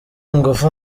ingufu